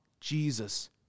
Jesus